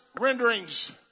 renderings